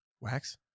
Wax